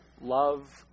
love